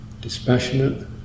Dispassionate